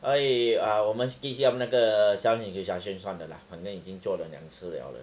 所以 err 我们 skip 一下那个 self introduction 算了啦反正已经做了两次了了